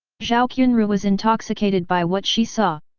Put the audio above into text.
zhao qianru was intoxicated by what she saw.